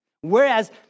Whereas